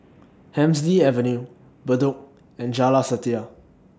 Hemsley Avenue Bedok and Jalan Setia